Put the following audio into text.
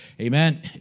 Amen